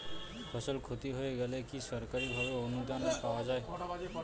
ফসল ক্ষতি হয়ে গেলে কি সরকারি ভাবে অনুদান পাওয়া য়ায়?